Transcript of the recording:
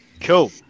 Cool